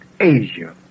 Asia